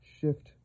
Shift